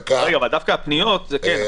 רגע, אבל דווקא הפניות זה כן.